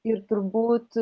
ir turbūt